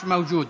מיש מווג'וד,